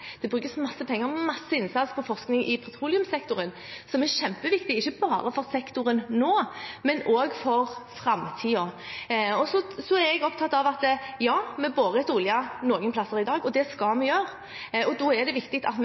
det brukes masse penger og innsats på forskning i petroleumssektoren – er kjempeviktig, ikke bare for sektoren nå, men også for framtiden. Så er jeg opptatt av at vi borer etter olje noen steder i dag, og det skal vi gjøre, og da er det viktig at vi